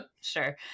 sure